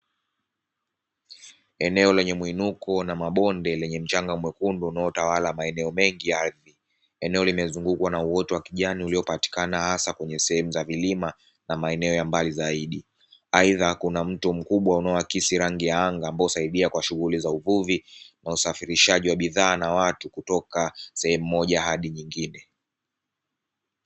Eneo lenye mwinuko na mabonde lenye mchanga mwekundu unaotawala maeneo mengi ya ardhi eneo, limezungukwa na uwezo wa kijani uliopatikana hasa kwenye sehemu za vilima na maeneo ya mbali, zaidi aidha kuna mtu mkubwa unao karibia kwa shughuli za uvuvi na usafirishaji wa bidhaa na watu kutoka sehemu moja hadi nyingine.